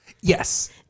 Yes